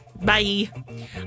Bye